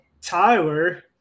Tyler